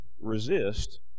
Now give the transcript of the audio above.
resist